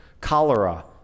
cholera